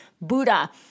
Buddha